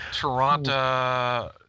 Toronto